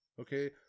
okay